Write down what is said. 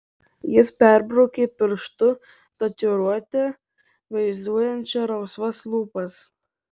jis perbraukė pirštu tatuiruotę vaizduojančią rausvas lūpas